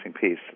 piece